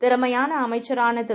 திறமையானஅமைச்சரானதிரு